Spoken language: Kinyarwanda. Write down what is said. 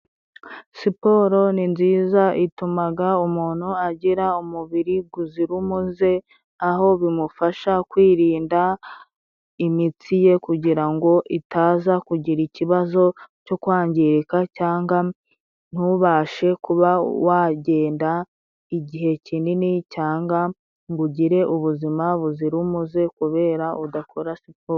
Siporo ni nziza itumaga umuntu agira umubiri guzira umuze, aho bimufasha kwirinda imitsi ye kugira ngo itaza kugira ikibazo cyo kwangirika cyanga ntubashe kuba wagenda igihe kinini, cyanga ngo ugire ubuzima buzira umuze kubera udakora siporo.